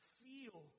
feel